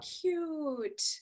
cute